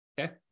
okay